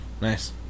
Nice